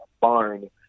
barn